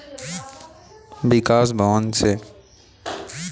मैं पशु पालन पोषण के लिए आवेदन कैसे कर सकता हूँ?